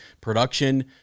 production